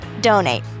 donate